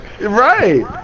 Right